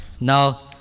now